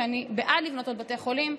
ואני בעד לבנות עוד בתי חולים,